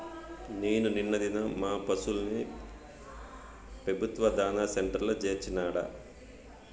నేను నిన్న దినం మా పశుల్ని పెబుత్వ దాణా సెంటర్ల చేర్చినాడ